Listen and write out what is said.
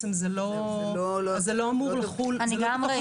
כן ראיתי